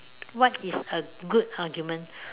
what is a good argument